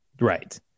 Right